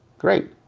great.